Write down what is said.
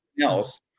else